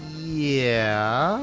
yeah.